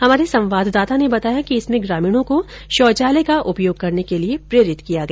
हमारे संवाददाता ने बताया कि इसमें ग्रामीणों को शौचालय का उपयोग करने के लिये प्रेरित किया गया